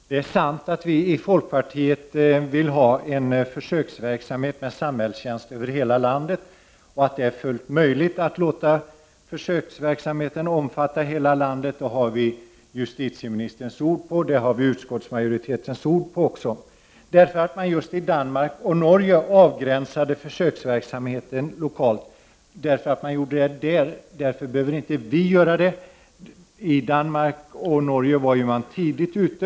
Herr talman! Det är sant att vi i folkpartiet vill ha en försöksverksamhet med samhällstjänst över hela landet. Att det är fullt möjligt att låta försöksverksamheten omfatta hela landet har vi justitieministerns ord på och även utskottsmajoritetens. Vi behöver inte avgränsa försöksverksamheten lokalt, därför att man har gjort det i Danmark och Norge. I Danmark och Norge var man tidigt ute.